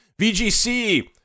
vgc